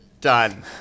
Done